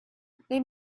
they